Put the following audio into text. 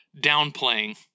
downplaying